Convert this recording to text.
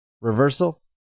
Reversal